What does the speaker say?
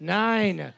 nine